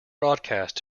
broadcast